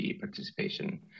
participation